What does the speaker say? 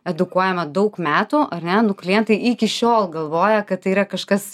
edukuojama daug metų ar ne nu klientai iki šiol galvoja kad tai yra kažkas